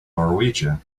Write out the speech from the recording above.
norwegia